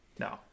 No